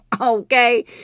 okay